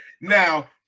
Now